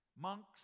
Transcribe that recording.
Monks